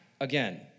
again